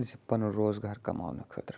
زِ پَنُن روزگار کَماونہٕ خٲطرٕ